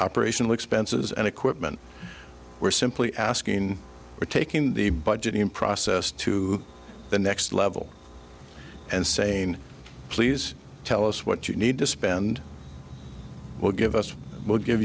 operational expenses and equipment we're simply asking for taking the budgeting process to the next level and saying please tell us what you need to spend we'll give us we'll give